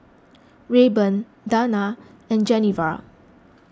Rayburn Dana and Genevra